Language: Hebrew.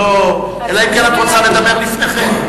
אלא אם כן את רוצה לדבר לפני כן.